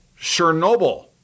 Chernobyl